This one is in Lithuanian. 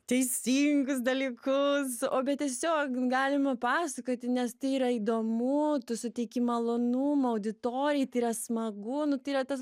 teisingus dalykus o bet tiesiog galima pasakoti nes tai yra įdomu tu suteiki malonumą auditorijai tai yra smagu nu tai yra tas